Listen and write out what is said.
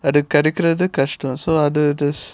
கெடைக்குறது கஷ்டம்:kedaikkurathu kashtam so அது:athu